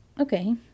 Okay